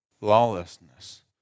lawlessness